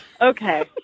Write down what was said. Okay